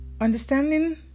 Understanding